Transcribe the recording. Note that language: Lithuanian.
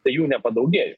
tai jų nepadaugėjo